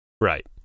Right